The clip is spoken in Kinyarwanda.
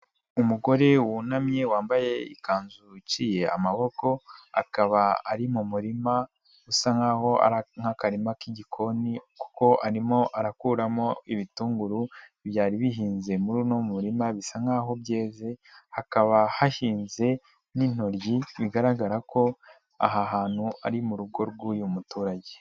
Umugore wunamye wambaye ikanzu iciye amaboko, akaba ari mu murima usa nkaho ari nk'akarima k'igikoni kuko arimo arakuramo ibitunguru byari bihinze muri uwo murima bisa nkaho byeze, hakaba hahinze n'intoryi bigaragara ko aha hantu ari mu rugo rw'uyu muturage.